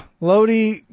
Lodi